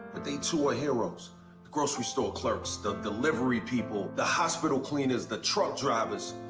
but they, too, are heroes grocery store clerks, the delivery people, the hospital cleaners, the truck drivers,